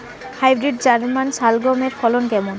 Hybrid German শালগম এর ফলন কেমন?